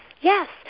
Yes